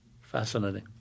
Fascinating